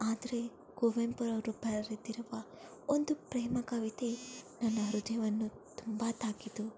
ಆದರೆ ಕುವೆಂಪುರವರು ಬರೆದಿರುವ ಒಂದು ಪ್ರೇಮ ಕವಿತೆ ನನ್ನ ಹೃದಯವನ್ನು ತುಂಬ ತಾಕಿತು